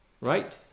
right